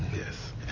Yes